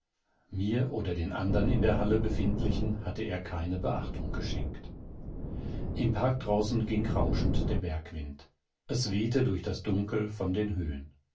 mir oder den anderen in der halle befindlichen hatte er keine beachtung geschenkt im park draußen ging rauschend der bergwind es wehte durch das dunkel von den höhen